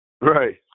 Right